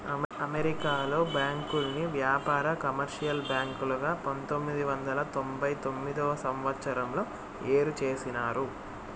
అమెరికాలో బ్యాంకుల్ని వ్యాపార, కమర్షియల్ బ్యాంకులుగా పంతొమ్మిది వందల తొంభై తొమ్మిదవ సంవచ్చరంలో ఏరు చేసినారు